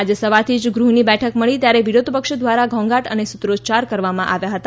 આજે સવારથી જ ગૃહની બેઠક મળી ત્યારે વિરોધપક્ષ દ્વારા ઘોંઘાટ અને સૂત્રોચ્યાર કરવામાં આવ્યા હતા